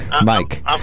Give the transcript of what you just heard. Mike